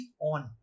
on